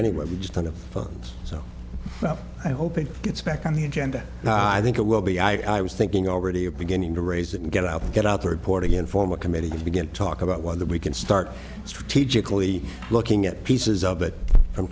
anyway just on the phones so i hope it gets back on the agenda i think it will be i was thinking already of beginning to raise it and get out get out the reporting and form a committee to begin to talk about whether we can start strategically looking at pieces of it from